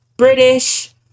British